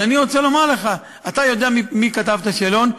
אבל אני רוצה לומר לך, אתה יודע מי כתב את השאלון?